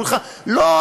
אומרים לך: לא,